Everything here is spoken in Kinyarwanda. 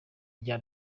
rya